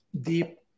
deep